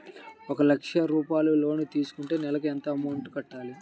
ఒక లక్ష రూపాయిలు లోన్ తీసుకుంటే నెలకి ఎంత అమౌంట్ కట్టాలి?